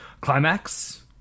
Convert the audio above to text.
Climax